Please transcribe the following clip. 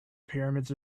pyramids